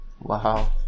Wow